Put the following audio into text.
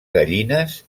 gallines